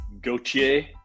Gautier